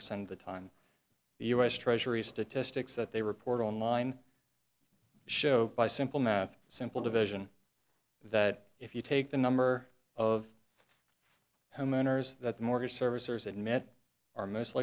percent of the time the u s treasury statistics that they report online show by simple math simple division that if you take the number of homeowners that the mortgage servicers admit are most